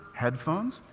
headphones,